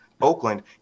Oakland